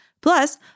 Plus